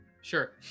Sure